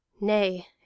Nay